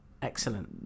Excellent